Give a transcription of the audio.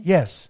Yes